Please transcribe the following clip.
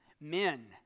Men